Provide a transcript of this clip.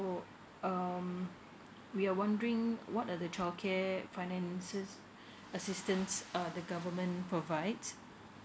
um we are wondering what the the childcare and finances assistance err the government provides